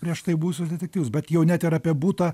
prieš tai buvusius detektyvus bet jau net ir apie butą